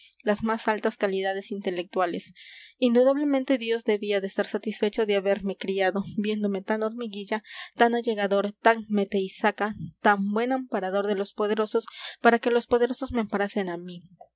las más altas calidades intelectuales indudablemente dios debía de estar satisfecho de haberme criado viéndome tan hormiguilla tan allegador tan mete y saca tan buen amparador de los poderosos para que los poderosos me amparasen a mí